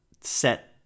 set